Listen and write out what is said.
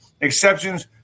exceptions